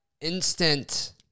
instant